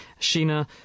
sheena